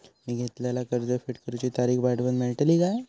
मी घेतलाला कर्ज फेड करूची तारिक वाढवन मेलतली काय?